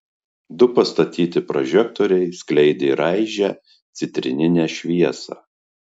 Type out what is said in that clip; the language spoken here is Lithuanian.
du pastatyti prožektoriai skleidė raižią citrininę šviesą